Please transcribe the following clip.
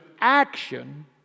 action